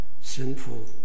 sinful